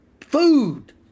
food